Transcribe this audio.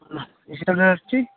ନା ଏଠି ତାହେଲେ ଆସୁଛି